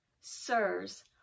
Sirs